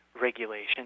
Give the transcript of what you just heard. regulation